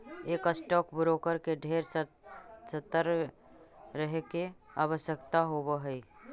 एक stock broker के ढेर सतर्क रहे के आवश्यकता होब हई